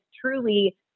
truly